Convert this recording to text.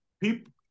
people